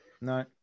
No